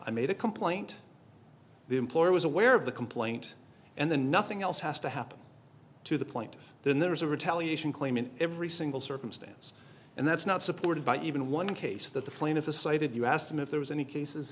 i made a complaint the employer was aware of the complaint and then nothing else has to happen to the point then there's a retaliation claim in every single circumstance and that's not supported by even one case that the plaintiff cited you asked him if there was any cases